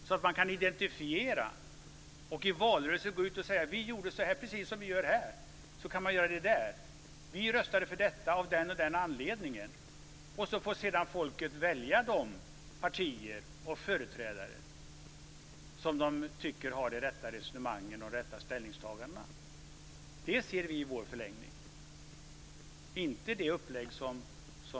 Då kan man identifieras och i valrörelser gå ut och säga: Vi gjorde så här! Precis som man gör det här så kan man göra det där. Vi röstade för detta av den och den anledningen, kan man säga, och sedan får folket välja de partier och företrädare som det tycker har de rätta resonemangen och de rätta ställningstagandena. Det ser vi i vår förlängning, och inte det upplägg som